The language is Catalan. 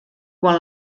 quan